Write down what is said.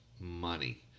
money